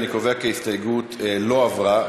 אני קובע כי ההסתייגות לא התקבלה.